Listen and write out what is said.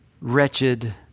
wretched